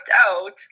out